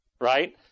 right